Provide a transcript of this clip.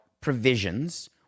provisions